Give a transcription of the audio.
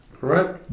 right